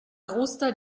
großteil